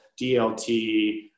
DLT